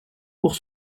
pour